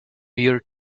beer